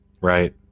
Right